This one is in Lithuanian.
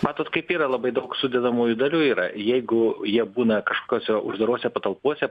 matot kaip yra labai daug sudedamųjų dalių yra jeigu jie būna kažkokiose uždarose patalpose